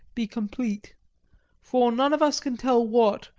be complete for none of us can tell what,